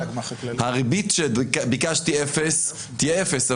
ריבית אפס שביקשתי תהיה אפס,